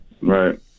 right